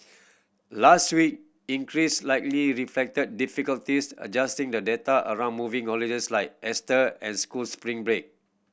last week increase likely reflected difficulties adjusting the data around moving holidays like Easter and school spring break